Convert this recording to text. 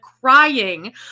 crying